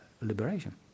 liberation